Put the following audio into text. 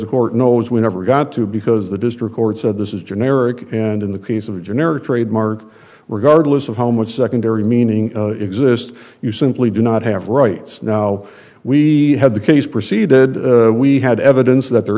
the court knows we never got to because the district court said this is generic and in the case of a generic trademark regardless of how much secondary meaning exists you simply do not have rights now we had the case proceeded we had evidence that there